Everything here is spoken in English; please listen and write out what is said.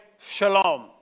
Shalom